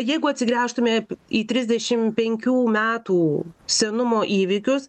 jeigu atsigręžtume į trisdešim penkių metų senumo įvykius